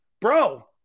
bro